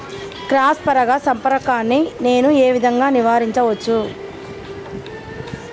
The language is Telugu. క్రాస్ పరాగ సంపర్కాన్ని నేను ఏ విధంగా నివారించచ్చు?